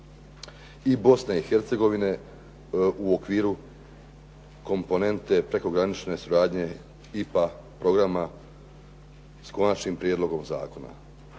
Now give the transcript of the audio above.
i Bosne i Hercegovine u okviru komponente prekogranične suradnje IPA programa s Konačnim prijedlogom zakona.